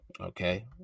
okay